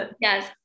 Yes